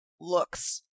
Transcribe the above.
looks